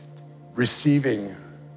receiving